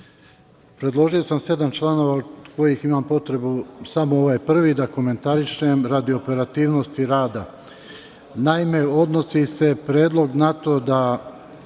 predložio sam sedam članova, od kojih imam potrebu samo ovaj prvi da komentarišem, radi operativnosti rada. Naime, predlog se odnosi na to da